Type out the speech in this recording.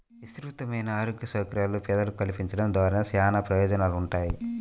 విస్తృతమైన ఆరోగ్య సౌకర్యాలను పేదలకు కల్పించడం ద్వారా చానా ప్రయోజనాలుంటాయి